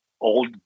old